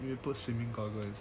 we put swimming goggles